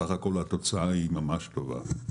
בסך הכול התוצאה היא ממש טובה.